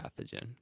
pathogen